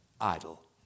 idol